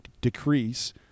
decrease